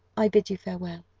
i bid you farewell.